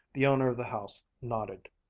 the owner of the house nodded.